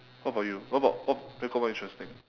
what about you what about what make it more interesting